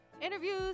interviews